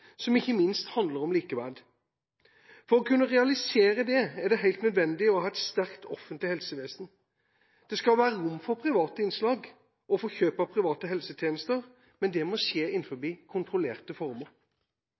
som ikke minst handler om likeverd. For å kunne realisere det er det helt nødvendig å ha et sterkt offentlig helsevesen. Det skal være rom for private innslag og for kjøp av private helsetjenester, men det må skje